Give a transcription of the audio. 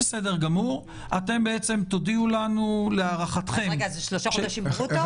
זה שלושה חודשים ברוטו?